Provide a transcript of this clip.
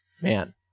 Man